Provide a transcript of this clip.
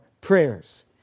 prayers